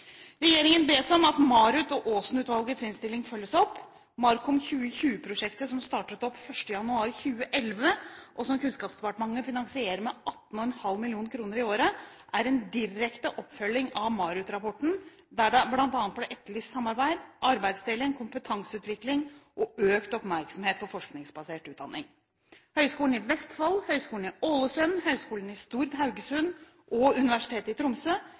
Regjeringen bes om at MARUT og Aasen-utvalgets innstilling følges opp. MARKOM2020-prosjektet som startet opp 1. januar 2011, og som Kunnskapsdepartementet finansierer med 18,5 mill. kr i året, er en direkte oppfølging av MARUT-rapporten, der det bl.a. ble etterlyst samarbeid, arbeidsdeling, kompetanseutvikling og økt oppmerksomhet på forskningsbasert utdanning. Høgskolen i Vestfold, Høgskolen i Ålesund, Høgskolen Stord/Haugesund og Universitet i Tromsø